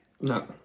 no